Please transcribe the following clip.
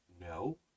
no